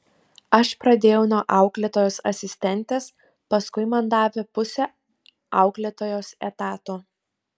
aš pradėjau nuo auklėtojos asistentės paskui man davė pusę auklėtojos etato